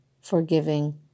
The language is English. forgiving